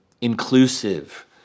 Inclusive